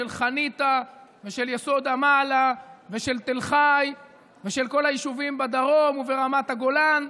של חניתה ושל יסוד המעלה ושל תל חי ושל כל היישובים בדרום וברמת הגולן.